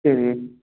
சரி